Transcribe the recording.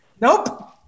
nope